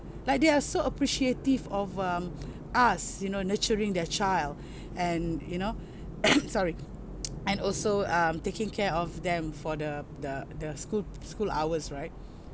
like they are so appreciative of um us you know nurturing their child and you know sorry and also um taking care of them for the the the school school hours right